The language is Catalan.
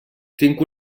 tinc